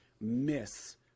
miss